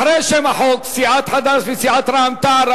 אחרי שם החוק, סיעת חד"ש וסיעת רע"ם-תע"ל.